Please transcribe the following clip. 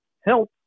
help